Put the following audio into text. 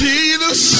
Jesus